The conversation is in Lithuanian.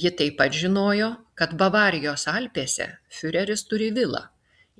ji taip pat žinojo kad bavarijos alpėse fiureris turi vilą